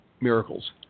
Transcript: Miracles